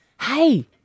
hey